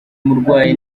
umurwayi